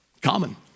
common